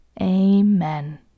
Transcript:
Amen